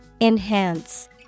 Enhance